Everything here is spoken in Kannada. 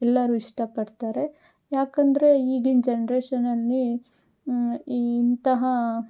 ಎಲ್ಲರೂ ಇಷ್ಟಪಡ್ತಾರೆ ಯಾಕಂದರೆ ಈಗಿನ ಜನ್ರೇಷನಲ್ಲಿ ಇಂತಹ